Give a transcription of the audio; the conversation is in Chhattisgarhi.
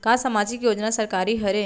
का सामाजिक योजना सरकारी हरे?